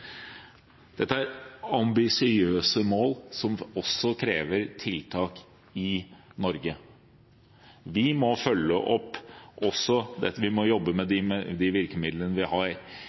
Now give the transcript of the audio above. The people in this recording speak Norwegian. Dette er ambisiøse mål, som også krever tiltak i Norge. Vi må følge opp, og vi må jobbe med de virkemidlene vi har